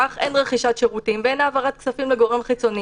כך אין רכישת שירותים ואין העברת כספים לגורם חיצוני.